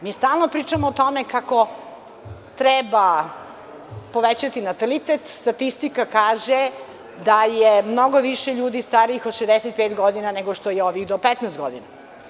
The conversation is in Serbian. Mi stalno pričamo o tome kako treba povećati natalitet, statistika kaže da je mnogo više ljudi starijih od 65 godina nego što je ovih do 15 godina.